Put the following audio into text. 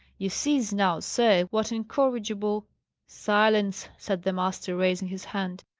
you sees now, sir, what incorrigible silence! said the master, raising his hand.